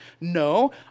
No